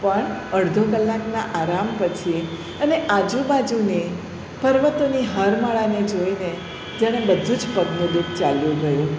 પણ અડધો કલાકના આરામ પછી અને આજુબાજુને પર્વતોની હારમાળાને જોઈને જાણે બધું જ પગનું દુખ ચાલ્યું ગયું